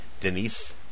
Denise